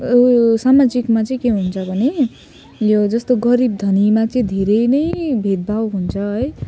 उ सामाजिकमा चाहिँ के हुन्छ भने यो जस्तो गरिब धनीमा चाहिँ धेरै नै भेदभाव हुन्छ है